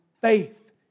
faith